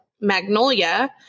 Magnolia